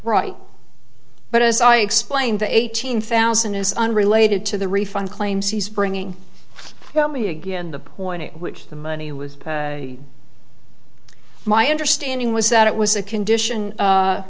right but as i explained the eighteen thousand is unrelated to the refund claims he's bringing me again the point at which the money was my understanding was that it was a condition